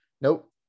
Nope